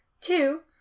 Two